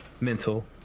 mental